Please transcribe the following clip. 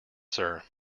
sir